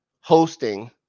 hosting